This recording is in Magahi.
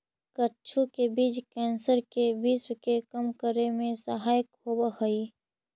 कद्दू के बीज कैंसर के विश्व के कम करे में सहायक होवऽ हइ